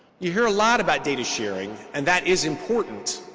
you hear a lot about data sharing and that is important,